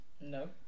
No